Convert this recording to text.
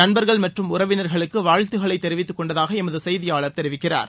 நண்பர்கள் மற்றும் உறவினர்களுக்கு வாழ்த்துகளை தெரிவித்துக் கொண்டதாக எமது செய்தியாளர் தெரிவிக்கிறார்